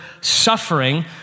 suffering